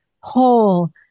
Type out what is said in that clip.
whole